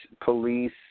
police